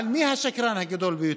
אבל מי השקרן הגדול ביותר?